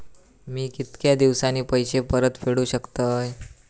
मी कीतक्या दिवसांनी पैसे परत फेडुक शकतय?